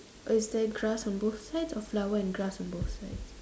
is there grass on both sides or flower and grass on both sides